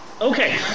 Okay